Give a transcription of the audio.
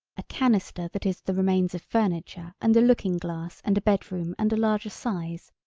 a canister that is the remains of furniture and a looking-glass and a bed-room and a larger size,